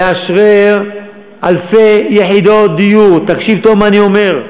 לאשרר אלפי יחידות דיור, תקשיב טוב למה שאני אומר,